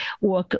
work